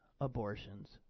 abortions